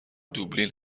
دوبلین